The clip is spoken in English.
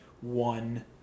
one